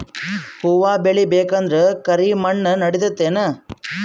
ಹುವ ಬೇಳಿ ಬೇಕಂದ್ರ ಕರಿಮಣ್ ನಡಿತದೇನು?